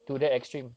mm